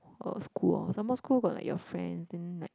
uh school orh some more school got like your friends then like